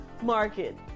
market